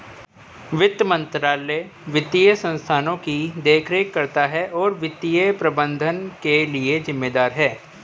वित्त मंत्रालय वित्तीय संस्थानों की देखरेख करता है और वित्तीय प्रबंधन के लिए जिम्मेदार है